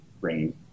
bring